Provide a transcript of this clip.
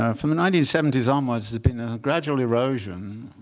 ah from the nineteen seventy s onwards, there's been a gradual erosion.